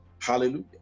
hallelujah